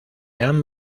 han